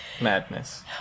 Madness